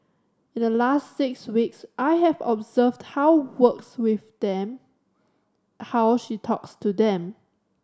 in the last six weeks I have observed how works with them how she talks to them